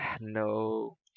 No